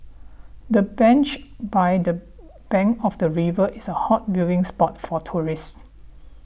the bench by the bank of the river is a hot viewing spot for tourists